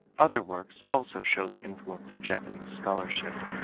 other works also show the influence of japanese scholarship.